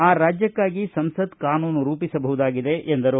ಆ ರಾಜ್ಯಕ್ಕಾಗಿ ಸಂಸತ್ ಕಾನೂನು ರೂಪಿಸಬಹುದಾಗಿದೆ ಎಂದರು